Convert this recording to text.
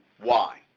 why?